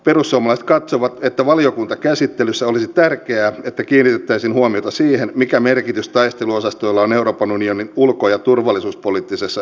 perussuomalaiset katsovat että valiokuntakäsittelyssä olisi tärkeää että kiinnitettäisiin huomiota siihen mikä merkitys taisteluosastoilla on euroopan unionin ulko ja turvallisuuspoliittisessa yhteistyössä